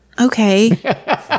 Okay